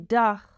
dag